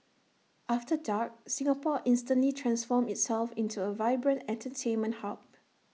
after dark Singapore instantly transforms itself into A vibrant entertainment hub